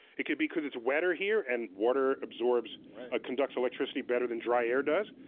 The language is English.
it can be cause it's wetter here, and water um sort of ah conducts electricity better than dry air does.